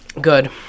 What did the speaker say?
Good